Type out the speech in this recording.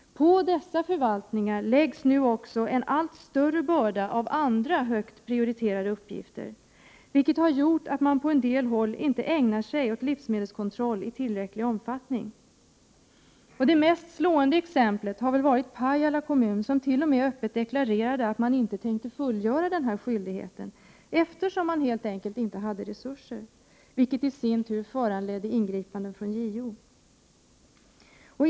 På dessa förvaltningar läggs nu också en allt större börda av andra högt prioriterade uppgifter. Det har gjort att man på en del håll inte ägnar sig åt livsmedelskontroll i tillräcklig omfattning. Det mest slående exemplet har väl varit Pajala kommun, som t.o.m. öppet deklarerade att man inte tänkte fullgöra denna skyldighet, eftersom man helt enkelt inte hade resurser. Det föranledde i sin tur ingripanden från JO.